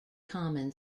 common